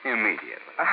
Immediately